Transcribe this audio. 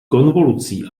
konvolucí